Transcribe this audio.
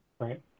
Right